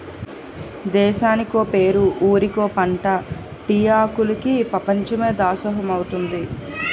దేశానికో పేరు ఊరికో పంటా టీ ఆకులికి పెపంచమే దాసోహమంటాదే